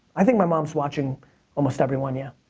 i think my mom's watching almost every one, yeah.